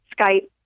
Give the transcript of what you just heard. Skype